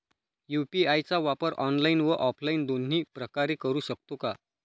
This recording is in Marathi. यू.पी.आय चा वापर ऑनलाईन व ऑफलाईन दोन्ही प्रकारे करु शकतो का?